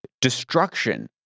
destruction